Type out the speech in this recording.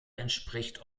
entspricht